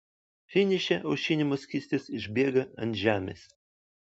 finiše aušinimo skystis išbėga ant žemės